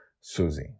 Susie